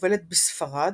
הגובלת בספרד,